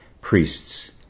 priests